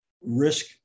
risk